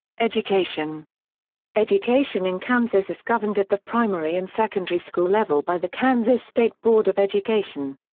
education education in kansas is governed at the primary and secondary school level by the kansas state board of education.